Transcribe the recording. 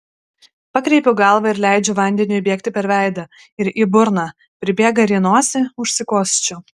pakreipiu galvą ir leidžiu vandeniui bėgti per veidą ir į burną pribėga ir į nosį užsikosčiu